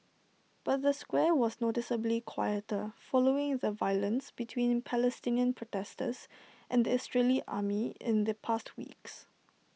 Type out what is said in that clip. but the square was noticeably quieter following the violence between Palestinian protesters and the Israeli army in the past weeks